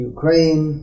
Ukraine